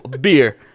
Beer